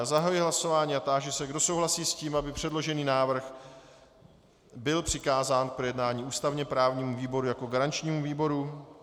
Zahajuji hlasování a táži se, kdo souhlasí s tím, aby předložený návrh byl přikázán k projednání ústavněprávnímu výboru jako garančnímu výboru.